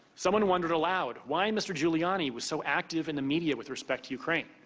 someone wondered aloud why mr. giuliani was so active in the media with respect to ukraine.